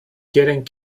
getting